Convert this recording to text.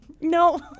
No